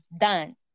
Done